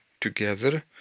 together